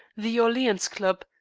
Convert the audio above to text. the orleans club,